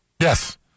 Yes